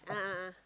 a'ah a'ah